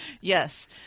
Yes